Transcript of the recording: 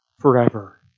forever